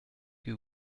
que